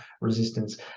resistance